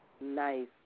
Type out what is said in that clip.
Nice